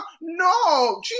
No